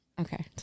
okay